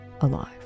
alive